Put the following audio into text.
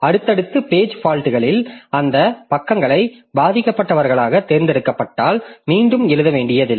அடுத்தடுத்த பேஜ் ஃபால்ட்களில் அந்த பக்கங்கள் பாதிக்கப்பட்டவர்களாக தேர்ந்தெடுக்கப்பட்டால் மீண்டும் எழுத வேண்டியதில்லை